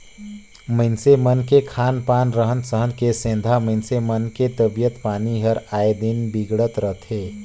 मइनसे मन के खान पान, रहन सहन के सेंधा मइनसे मन के तबियत पानी हर आय दिन बिगड़त रथे